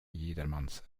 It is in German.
jedermanns